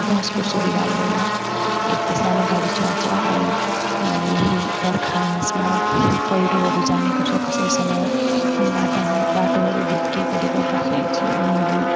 बसको सुविधा हुँदैन एक त सानो गाडी चल्छ अनि यही बर्खा मासमा पहिरोहरू जाने गर्छ कसै समय अनि बाटाहरू बाटोहरू भत्किएकोले गर्दाखेरि चाहिँ उनीहरू